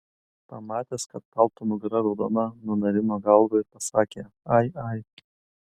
pamatęs kad palto nugara raudona nunarino galvą ir pasakė ai ai